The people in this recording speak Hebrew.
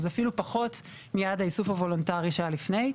אפילו פחות מיעד האיסוף הוולונטרי שהיה לפני.